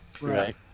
Right